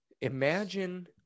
Imagine